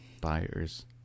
buyers